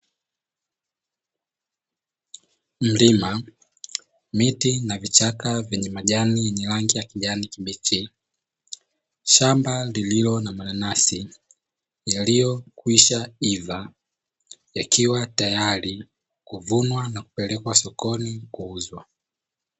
Mlima, miti na vichaka vyenye majani yenye rangi ya kijani kibichi. Shamba lililo na mananasi yaliyokwisha iva, yakiwa tayari kuvunwa na kupelekwa sokoni kuuzwa.